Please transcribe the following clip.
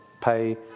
pay